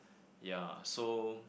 ya so